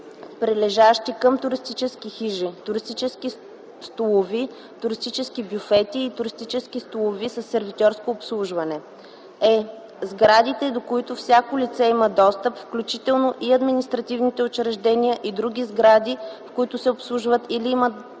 прилежащи към туристически хижи - туристически столови, туристически бюфети и туристически столови със сервитьорско обслужване; е) сградите, до които всяко лице има достъп, включително и административните учреждения и други сгради, в които се обслужват или имат достъп